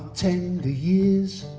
tender years